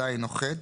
(ז) או (ח),